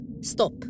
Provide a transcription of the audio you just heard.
stop